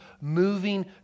moving